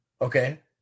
Okay